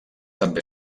també